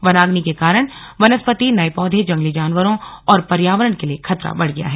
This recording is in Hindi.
वनाग्नि के कारण वनस्पति नए पौधे जंगली जानवरों और पर्यावरण के लिए खतरा बढ़ गया है